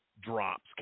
drops